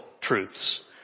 truths